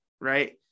Right